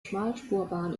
schmalspurbahn